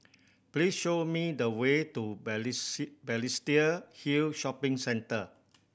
please show me the way to Balestier Hill Shopping Centre